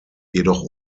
jedoch